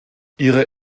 ihre